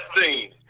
scene